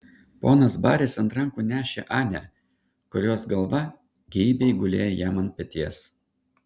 ponas baris ant rankų nešė anę kurios galva geibiai gulėjo jam ant peties